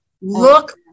look